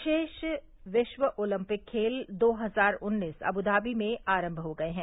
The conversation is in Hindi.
विशेष विश्व ओलंपिक खेल दो हजार उन्नीस आबुधाबी में आरंभ हो गये हैं